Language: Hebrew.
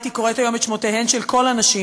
הייתי קוראת היום את שמותיהן של כל הנשים